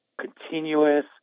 continuous